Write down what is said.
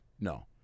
No